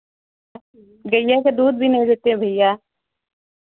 गैया का दूध भी नहीं देते हैं भैया